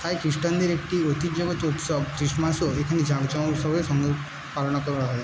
তাই খ্রিস্টানদের একটি অতি জনপ্রিয় উৎসব ক্রিসমাসও এখানে জাঁকজমক সঙ্গে পালন করা হয়